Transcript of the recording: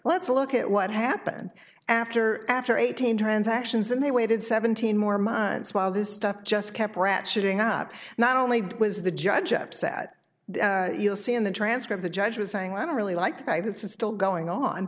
let's look at what happened after after eighteen transactions and they waited seventeen more months while this stuff just kept ratcheting up not only was the judge upset you'll see in the transcript the judge was saying i don't really like i did still going on